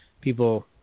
people